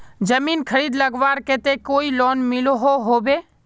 जमीन खरीद लगवार केते कोई लोन मिलोहो होबे?